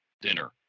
dinner